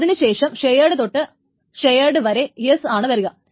അതിനു ശേഷം ഷെയേഡ് തൊട്ട് ഷെയേഡ് വരെ എസ്സ് ആണ് വരുക